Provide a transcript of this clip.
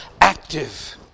active